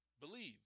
Believe